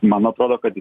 man atrodo kad